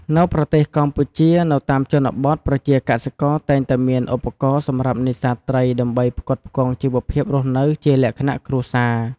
នៅប្រទេសកម្ពុជានៅតាមជនបទប្រជាកសិករតែងតែមានឧបករណ៍សម្រាប់នេសាទត្រីដើម្បីផ្គត់ផ្គង់ជីវភាពរស់នៅជាលក្ខណៈគ្រួសារ